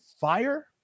fire